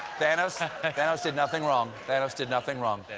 thanos, ah thanos did nothing wrong. thanos did nothing wrong.